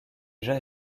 déjà